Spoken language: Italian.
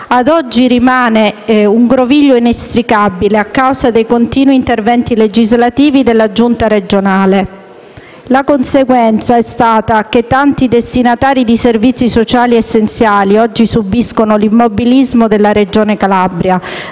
ad oggi rimane un groviglio inestricabile, a causa dei continui interventi legislativi della Giunta regionale. La conseguenza è stata che tanti destinatari di servizi sociali essenziali oggi subiscono l'immobilismo della Regione Calabria,